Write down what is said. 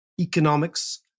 economics